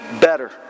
better